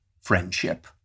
friendship